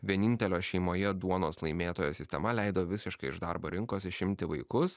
vienintelio šeimoje duonos laimėtojo sistema leido visiškai iš darbo rinkos išimti vaikus